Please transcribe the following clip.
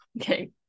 Okay